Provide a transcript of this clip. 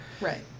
right